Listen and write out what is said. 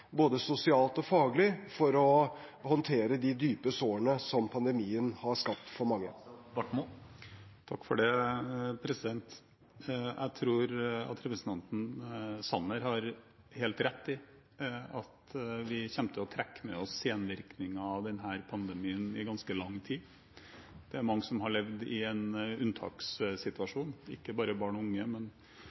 både sosialt og faglig, for å håndtere de dype sårene som pandemien har skapt for mange. Jeg tror representanten Sanner har helt rett i at vi kommer til å trekke med oss senvirkninger av denne pandemien i ganske lang tid. Det er mange som har levd i en unntakssituasjon, ikke bare barn og unge, men